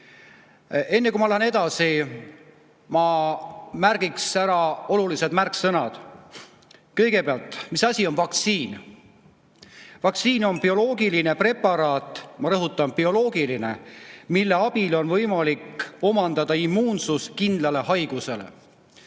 Enne kui ma lähen edasi, ma märgin ära olulised märksõnad. Kõigepealt, mis asi on vaktsiin? Vaktsiin on bioloogiline preparaat – ma rõhutan: bioloogiline –, mille abil on võimalik omandada immuunsus kindla haiguse